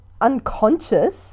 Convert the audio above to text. unconscious